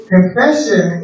Confession